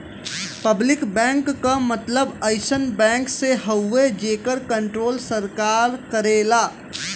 public bank क मतलब अइसन बैंक से हउवे जेकर कण्ट्रोल सरकार करेला